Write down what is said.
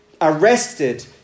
arrested